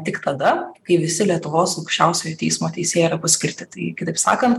tik tada kai visi lietuvos aukščiausiojo teismo teisėjai yra paskirti tai kitaip sakant